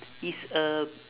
is a